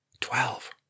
Twelve